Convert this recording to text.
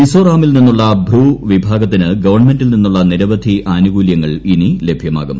മിസോറാമിൽ നിന്നുള്ള ബ്രൂ വിഭാഗത്തിന് ഗവൺമെന്റിൽ നിന്നുള്ള നിരവധി ആനുകൂല്യങ്ങൾ ഇനി ലഭ്യമാകും